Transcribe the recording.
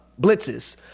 blitzes